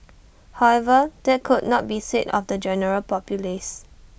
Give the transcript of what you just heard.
however that could not be said of the general populace